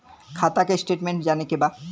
खाता के स्टेटमेंट जाने के बा?